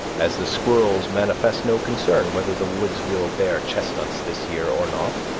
as the squirrels manifest no concern whether the woods will bear chestnuts this year or not,